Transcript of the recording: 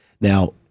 Now